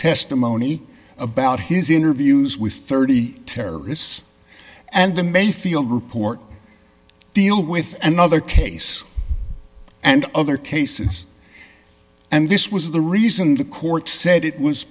testimony about his interviews with thirty terrorists and the mayfield report deal with another case and other cases and this was the reason the court said it was